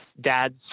dads